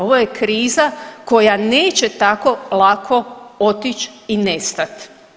Ovo je kriza koja neće tako lako otići i nestati.